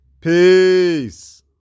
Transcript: Peace